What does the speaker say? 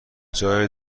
جای